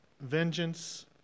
Vengeance